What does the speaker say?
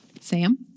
Sam